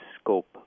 scope